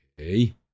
okay